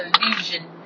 illusion